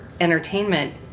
entertainment